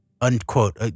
Unquote